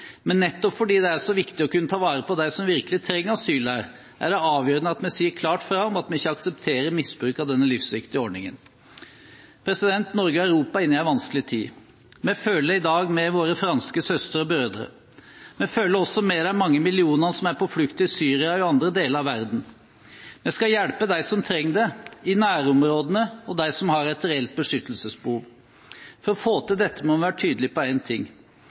Men nettopp fordi det er så viktig å kunne ta vare på dem som virkelig trenger asyl her, er det avgjørende at vi sier klart fra om at vi ikke aksepterer misbruk av denne livsviktige ordningen. Norge og Europa er inne i en vanskelig tid. Vi føler i dag med våre franske søstre og brødre. Vi føler også med de mange millionene som er på flukt i Syria eller i andre deler av verden. Vi skal hjelpe dem som trenger det, i nærområdene, og dem som har et reelt beskyttelsesbehov. For å få til dette må vi være tydelige på én ting: